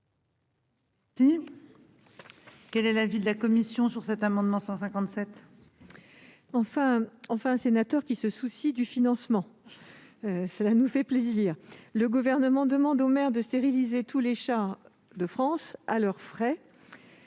chats. Quel est l'avis de la commission ? Enfin un sénateur qui se soucie du financement ! Cela nous fait plaisir ... Le Gouvernement demande aux maires de stériliser tous les chats de France à leurs frais.